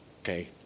Okay